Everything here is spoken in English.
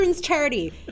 charity